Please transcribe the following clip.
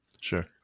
Sure